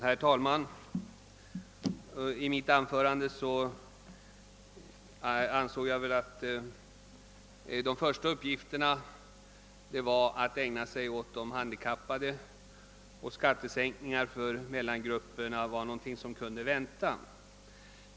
Herr talman! I mitt anförande sade jag att den första uppgiften var att ta hand om de handikappade och att skattesänkningar för mellangrupperna var någonting som kunde vänta.